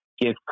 give